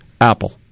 Apple